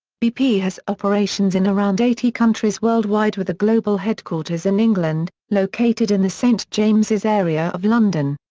bp has operations in around eighty countries worldwide with the global headquarters in england, located in the st james's area of london.